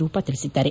ರೂಪಾ ತಿಳಿಸಿದ್ದಾರೆ